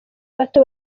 bato